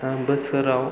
बोसोराव